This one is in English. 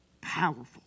powerful